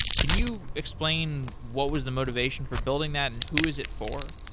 can you explain what was the motivation for building that and who is it for?